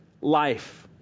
life